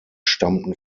stammten